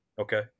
Okay